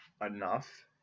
enough